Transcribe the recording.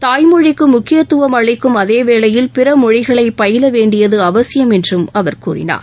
தாய்மொழிக்கு முக்கித்துவம் அளிக்கும் அதே வேளையில் பிறமொழிகளை பயில வேண்டியது அவசியம் என்றும் அவர் கூறினார்